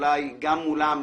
גם מולם,